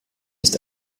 ist